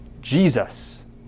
Jesus